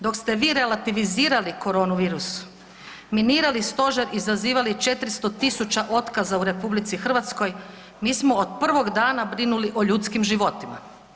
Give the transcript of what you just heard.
Dok ste vi relativizirali corona virus, minirali Stožer i zazivali 400 000 otkaza u RH mi smo od prvog dana brinuli o ljudskim životima.